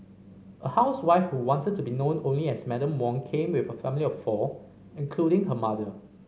a housewife who wanted to be known only as Madam Wong came with her family of four including her mother